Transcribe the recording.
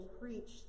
preached